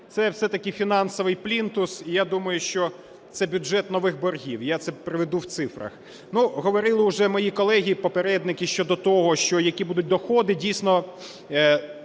це все-таки фінансовий плінтус і я думаю, що це бюджет нових боргів, я це приведу в цифрах. Говорили уже мої колеги-попередники щодо того, які будуть доходи. Дійсно,